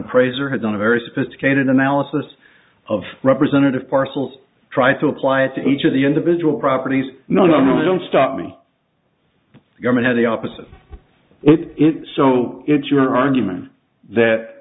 appraiser had done a very sophisticated analysis of representative parcels try to apply it to each of the individual properties no no no don't stop me the government had the opposite it so it's your argument